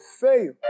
fail